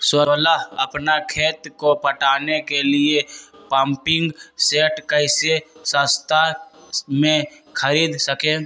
सोलह अपना खेत को पटाने के लिए पम्पिंग सेट कैसे सस्ता मे खरीद सके?